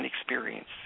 experience